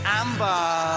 amber